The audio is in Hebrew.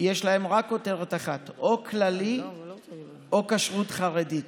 שיש להם רק כותרת אחת: או כללי או כשרות חרדית.